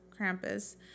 Krampus